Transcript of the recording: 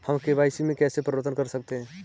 हम के.वाई.सी में कैसे परिवर्तन कर सकते हैं?